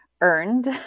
earned